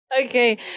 okay